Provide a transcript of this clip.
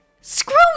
Screw